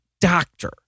doctor